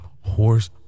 horse